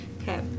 Okay